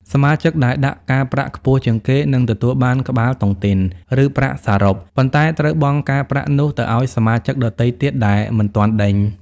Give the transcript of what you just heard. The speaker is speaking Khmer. សមាជិកដែលដាក់ការប្រាក់ខ្ពស់ជាងគេនឹងទទួលបាន "ក្បាលតុងទីន" ឬប្រាក់សរុប ប៉ុន្តែត្រូវបង់ការប្រាក់នោះទៅឱ្យសមាជិកដទៃទៀតដែលមិនទាន់ដេញ។